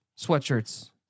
sweatshirts